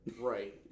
Right